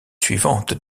suivantes